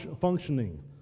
functioning